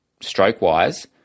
stroke-wise